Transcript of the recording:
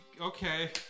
okay